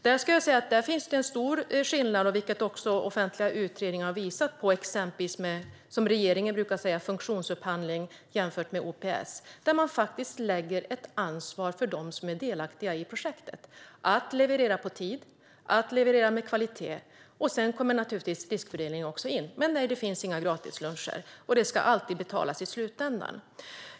Där skulle jag säga att det är stor skillnad - vilket också offentliga utredningar har visat - på det som regeringen brukar kalla funktionsupphandling och OPS, där man faktiskt lägger ett ansvar på dem som är delaktiga i projektet att leverera i tid och med kvalitet. Riskfördelningen kommer naturligtvis också in. Men nej, det finns inga gratisluncher. Det ska alltid betalas i slutändan.